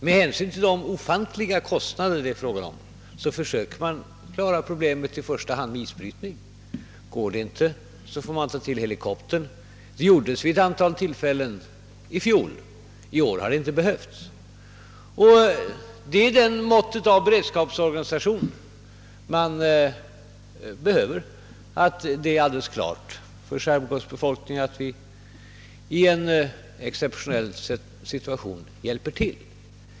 Med hänsyn till de ofantliga kostnader det är fråga om försöker man emellertid klara problemet i första hand med isbrytning. Går det inte får man ta till helikoptern, Det gjordes vid ett antal tillfällen i fjol. I år har det inte behövts. Det är det mått av beredskapsorganisation som man behöver och som gör det alldeles klart för skärgårdsbefolkningen att vi i en exceptionell situation hjälper till.